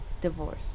Divorce